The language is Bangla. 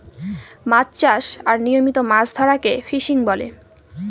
মাছ চাষ আর নিয়মিত মাছ ধরাকে ফিসিং বলে